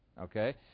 Okay